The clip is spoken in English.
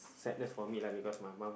sadness for me lah because my mum